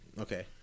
Okay